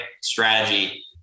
strategy